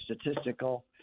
statistical